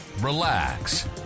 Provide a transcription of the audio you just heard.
relax